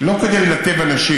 אני לא רוצה לנתב אנשים.